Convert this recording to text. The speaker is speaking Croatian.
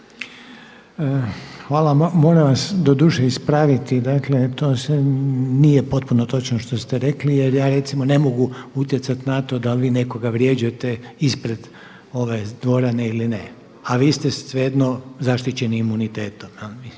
Hvala. Moram vas doduše ispraviti, dakle to sve nije potpuno točno što ste rekli jer ja recimo ne mogu utjecati na to da li vi nekoga vrijeđate ispred ove dvorane ili ne. A vi ste svejedno zaštićeni imunitetom.